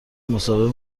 مصاحبه